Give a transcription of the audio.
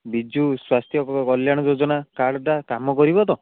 ବିଜୁ ସ୍ୱାସ୍ଥ୍ୟ କଲ୍ୟାଣ ଯୋଜନା କାର୍ଡ଼ଟା କାମ କରିବ ତ